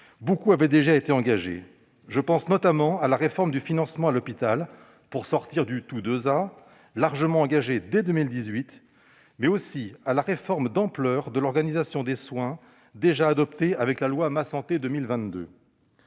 beaucoup avait déjà été engagé : je pense notamment à la réforme du financement à l'hôpital, pour sortir du « tout-T2A », largement engagée dès 2018, mais aussi à la réforme d'ampleur de l'organisation des soins déjà adoptée avec la loi Ma santé 2022.